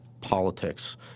politics